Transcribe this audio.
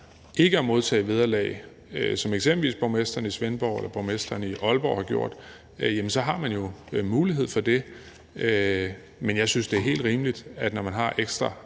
ønsker at modtage vederlag, som det eksempelvis er tilfældet med borgmesteren i Svendborg eller borgmesteren i Aalborg, så har man jo mulighed for det, men jeg synes, det er helt rimeligt, at man, når man har ekstra